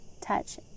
touch